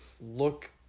look